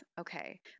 Okay